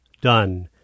done